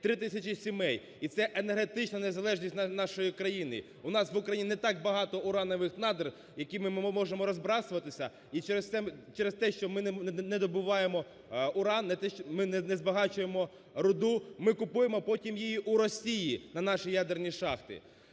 3 тисячі сімей. І це енергетична незалежність країни. У нас в Україні не так багато уранових надр якими ми можемо розбрасуватися. І через те, що ми не добуваємо уран, ми не збагачуємо руду, ми купуємо потім її у Росії на наші ядерні наші